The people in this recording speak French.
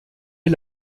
est